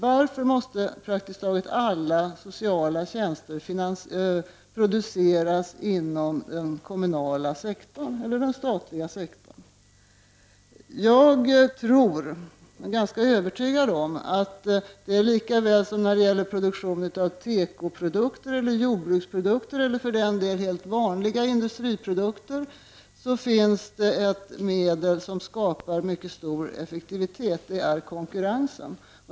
Varför måste praktiskt taget alla sociala tjänster produceras inom den kommunala och den statliga sektorn? Jag tror — jag är övertygad om — att det när det gäller produktion av tekovaror, jordbruksprodukter eller för den delen helt vanliga industriprodukter finns ett medel som skulle vara mycket effektivt, och det är konkurrensen.